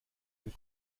den